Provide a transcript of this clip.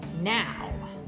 Now